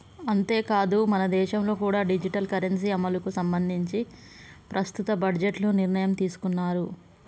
అంతేకాదు మనదేశంలో కూడా డిజిటల్ కరెన్సీ అమలుకి సంబంధించి ప్రస్తుత బడ్జెట్లో నిర్ణయం తీసుకున్నారు